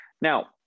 now